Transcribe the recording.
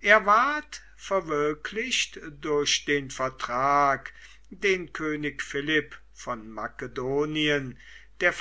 er ward verwirklicht durch den vertrag den könig philipp von makedonien der